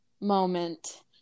moment